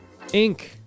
Inc